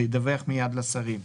וידווח מיד לשרים.